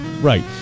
Right